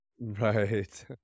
right